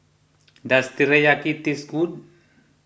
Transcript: does Teriyaki taste good